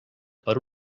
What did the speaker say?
per